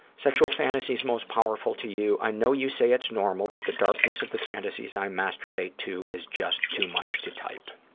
sexual fantasies most powerful to you. i know you say it's normal, but the darkness of the fantasies i masturbate to is just too much to type.